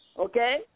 Okay